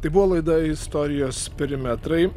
tai buvo laida istorijos perimetrai